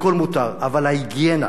והכול מותר, אבל ההיגיינה